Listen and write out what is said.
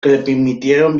permitieron